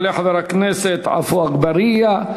יעלה חבר הכנסת עפו אגבאריה,